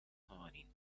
morning